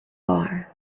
bar